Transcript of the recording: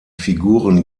figuren